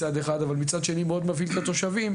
מצד אחד, אבל מצד שני מאוד מבהיל את התושבים.